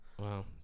Wow